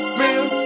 real